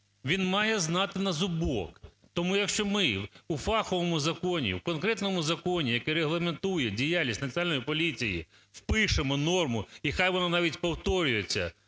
він має знати на зубок. Тому, якщо ми у фаховому законі, в конкретному законі, який регламентує діяльність Національної поліції, впишемо норму, і нехай воно навіть повторюється,